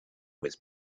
was